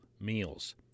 meals